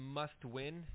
must-win